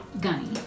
Gunny